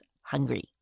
hungry